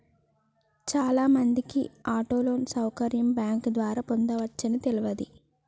చాలామందికి auto loan సౌకర్యం bank ద్వారా పొందవచ్చని తెలవదు